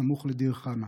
סמוך לדיר חנא.